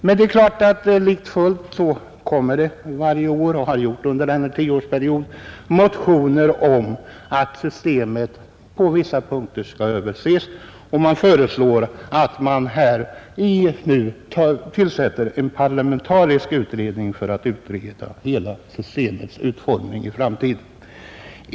Men naturligtvis väcks varje år motioner om att systemet på vissa punkter skall överses, och man föreslår nu att en parlamentarisk utredning tillsätts för att utreda hela systemets utform ning i framtiden.